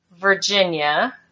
Virginia